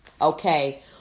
okay